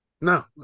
No